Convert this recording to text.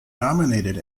nominated